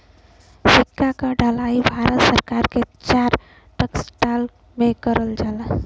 सिक्का क ढलाई भारत सरकार के चार टकसाल में करल जाला